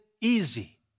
easy